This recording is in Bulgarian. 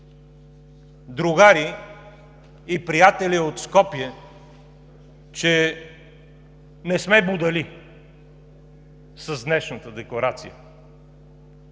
другари и приятели от Скопие, че не сме будали с днешната декларация?!